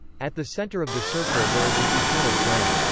at the center of the circle there is an eternal flame.